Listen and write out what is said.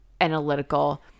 analytical –